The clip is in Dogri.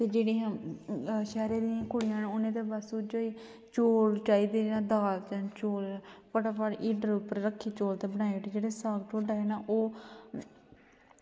ते जेह्ड़ियां शैह्रें दियां कुड़ियां ते उनें बस ते चौल चाहिदे न दाल ते चौल फटाफट हीटर उप्पर रक्खियै बनाई लैंदे न पर जेह्ड़ा ओह् साग ढोड्डा